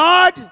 God